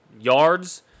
yards